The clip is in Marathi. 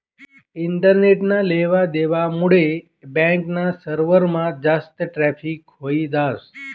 इंटरनेटना लेवा देवा मुडे बॅक ना सर्वरमा जास्त ट्रॅफिक व्हयी जास